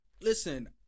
Listen